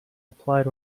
applied